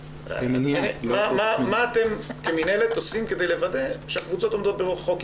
מה אתם כמינהלת עושים כדי לוודא שהקבוצות עומדות בחוק.